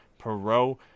Perot